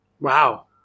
Wow